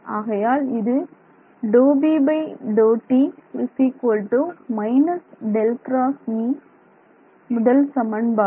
ஆகையால் இது முதல் சமன்பாடு